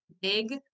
big